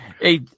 Hey